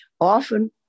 Often